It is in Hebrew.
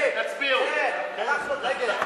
כן, אנחנו נגד.